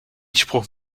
spruch